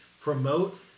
promote